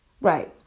Right